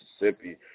Mississippi